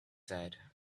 said